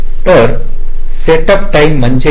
तर setup time म्हणजे काय